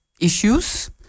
issues